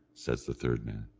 says the third man.